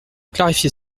clarifier